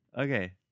Okay